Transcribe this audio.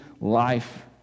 life